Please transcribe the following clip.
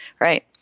Right